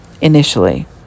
initially